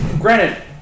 Granted